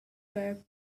were